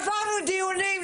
עברנו דיונים,